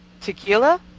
Tequila